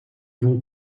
vont